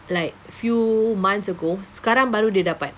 like few months ago sekarang baru dia dapat